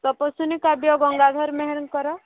ତପସ୍ୱୀନି କାବ୍ୟ ଗଙ୍ଗାଧର ମେହେରଙ୍କର